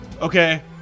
Okay